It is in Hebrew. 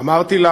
אמרתי לה: